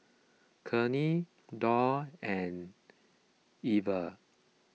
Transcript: Kenney Dorr and Weaver